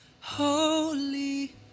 holy